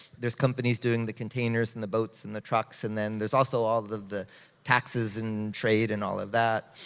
there's companies doing the containers, and the boats, and the trucks. and then there's also all the taxes and trade and all of that.